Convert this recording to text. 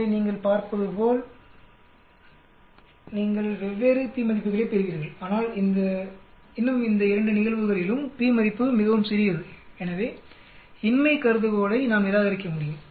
எனவே நீங்கள் பார்ப்பதுபோல் நீங்கள் வெவ்வேறு p மதிப்புகளைப் பெறுவீர்கள் ஆனால் இன்னும் இந்த இரண்டு நிகழ்வுகளிலும் p மதிப்பு மிகவும் சிறியதுஎனவே இன்மை கருதுகோளை நாம் நிராகரிக்க முடியும்